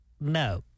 no